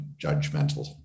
judgmental